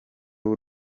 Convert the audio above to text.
w’u